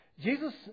Jesus